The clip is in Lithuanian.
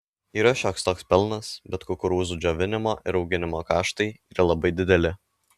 yra šioks toks pelnas bet kukurūzų džiovinimo ir auginimo kaštai yra labai dideli